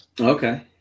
Okay